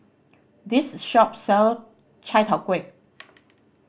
this shop sell chai tow kway